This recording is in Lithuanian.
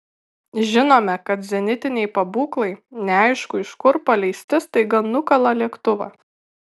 žinome kad zenitiniai pabūklai neaišku iš kur paleisti staiga nukala lėktuvą